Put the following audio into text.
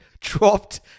dropped